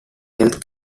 health